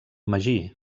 magí